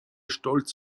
stolz